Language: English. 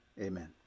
Amen